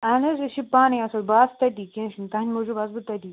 اہن حظ أسۍ چھِ پانٔے آسان بہٕ آسہٕ تَتی کیٚنٛہہ چھُنہٕ تُہنٛدِ موجوٗب آسہٕ بہٕ تٔتی